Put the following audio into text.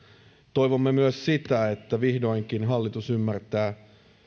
toivomme myös sitä että vihdoinkin hallitus ymmärtää